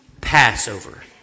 Passover